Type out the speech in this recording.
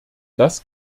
das